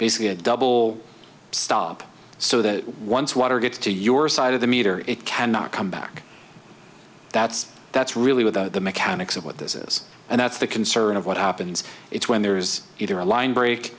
basically a double stop so that once water gets to your side of the meter it cannot come back that's that's really what the mechanics of what this is and that's the concern of what happens it's when there's either a line break